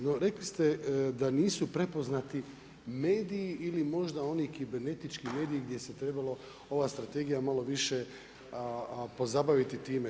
No, rekli ste da nisu prepoznati mediji ili možda oni kibernetički mediji gdje se trebalo ova strategija malo više pozabaviti time.